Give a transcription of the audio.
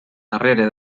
darrere